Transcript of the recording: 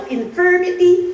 infirmity